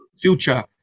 future